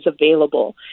available